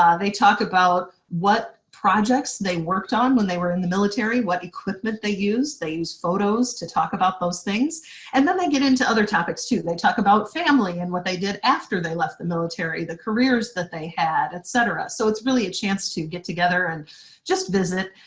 ah they talk about what projects they worked on when they were in the military, what equipment they used. they use photos to talk about those things and then they get into other topics, too. they talk about family and what they did after they left the military, the careers that they had, et cetera. so it's really a chance to get together and just visit.